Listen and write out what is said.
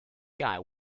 guy